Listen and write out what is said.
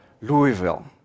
Louisville